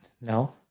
No